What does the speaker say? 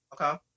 okay